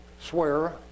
swear